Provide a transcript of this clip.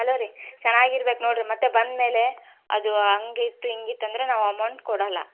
hello ರೀ ಚೆನ್ನಾಗಿರ್ಬೇಕ್ ನೋಡಿರಿ ಮತ್ತು ಬಂದಮೇಲೆ ಅದು ಹಂಗಿತ್ತು ಹಿಂಗಿತ್ತಂದ್ರೆ ನಾವು ಅಮೌಂಟ್ ಕೊಡೋಲ್ಲ